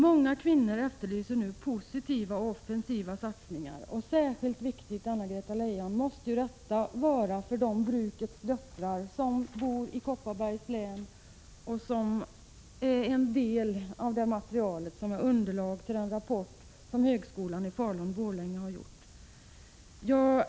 Många kvinnor efterlyser nu posivita och offensiva satsningar. Särskilt viktigt, Anna-Greta Leijon, måste detta vara för de brukets döttrar som bor i Kopparbergs län och som utgör en del av det material som var underlag till en rapport som högskolan i Falun/Borlänge har gjort.